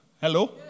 Hello